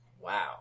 Wow